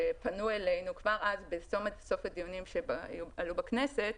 שפנו אלינו כבר אז בסוף הדיונים שהיו בכנסת.